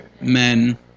men